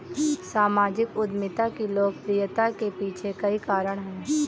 सामाजिक उद्यमिता की लोकप्रियता के पीछे कई कारण है